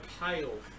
pale